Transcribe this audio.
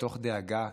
מתוך דאגה,